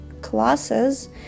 classes